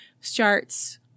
starts